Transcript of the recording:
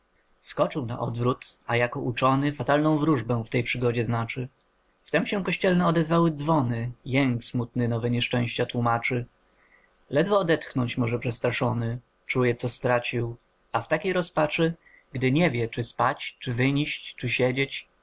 skoczył na odwrót a jako uczony fatalną wróżbę w tej przygodzie znaczy wtem się kościelne odezwały dzwony jęk smutny nowe nieszczęścia tłumaczy ledwo odetchnąć może przestraszony czuje co stracił a w takiej rozpaczy gdy nie wie czy spać czy wyniść czy siedzić